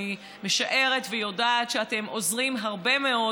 ואני משערת ויודעת שאתם עוזרים הרבה מאוד